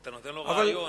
אתה נותן לו רעיון.